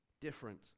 different